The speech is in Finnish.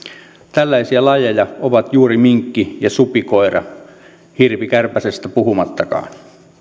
tällaisia lajeja ovat juuri minkki ja supikoira hirvikärpäsestä puhumattakaan